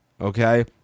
Okay